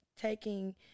taking